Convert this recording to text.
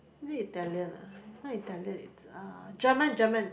is it Italian ah it's not Italian it's German German